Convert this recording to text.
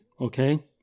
okay